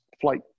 flight